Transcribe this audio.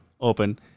Open